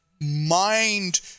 mind